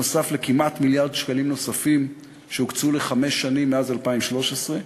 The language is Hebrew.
נוסף על כמעט מיליארד שקלים נוספים שהוקצו לחמש שנים מאז 2013,